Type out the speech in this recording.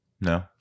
no